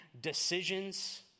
decisions